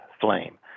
flame